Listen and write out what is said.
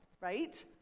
right